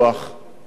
חבר הכנסת וקנין,